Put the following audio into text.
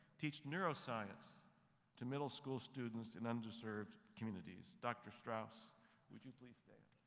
teach neuroscience to middle school students in underserved communities. dr. straus would you please stand?